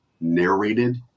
narrated